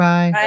Bye